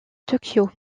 tokyo